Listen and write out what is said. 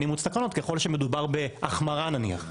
אימוץ תקנות ככל שמדובר בהחמרה נניח,